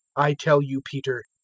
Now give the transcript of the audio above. i tell you, peter,